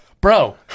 Bro